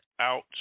out